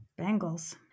Bengals